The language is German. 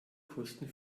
kosten